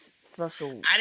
special-